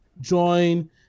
Join